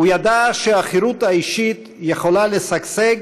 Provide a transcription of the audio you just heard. הוא ידע שהחירות האישית יכולה לשגשג